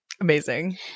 Amazing